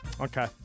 Okay